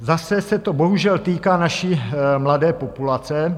Zase se to bohužel týká naší mladé populace.